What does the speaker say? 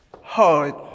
hard